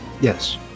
Yes